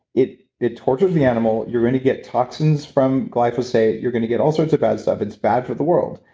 it it tortures the animal. you're going to get toxins from glyphosate. you're going to get all sorts of bad stuff. it's bad for the world.